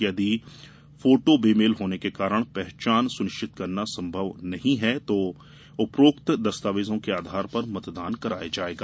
यदि फोटो बेमेल होने के कारण पहचान सुनिश्चित करना संभव नहीं है तो उपरोक्त दस्तावेजों के आधार पर मतदान कराया जाएगा